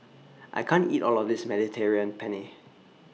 I can't eat All of This Mediterranean Penne